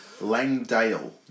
Langdale